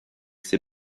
ses